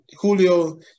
Julio